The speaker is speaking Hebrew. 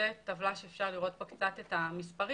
זאת טבלה שאפשר לראות בה קצת את המספרים.